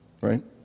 Right